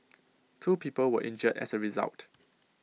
two people were injured as A result